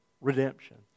redemption